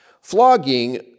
Flogging